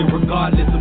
regardless